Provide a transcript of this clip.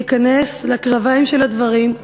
להיכנס לקרביים של הדברים,